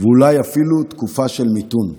ואולי אפילו תקופה של מיתון.